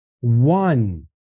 One